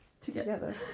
together